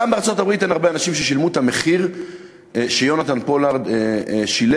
גם בארצות-הברית אין הרבה אנשים ששילמו את המחיר שיונתן פולארד שילם,